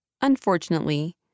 Unfortunately